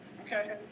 Okay